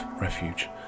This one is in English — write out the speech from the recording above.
refuge